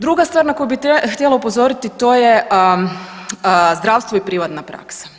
Druga stvar na koju bi htjela upozoriti to je zdravstvo i privatna praksa.